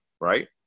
right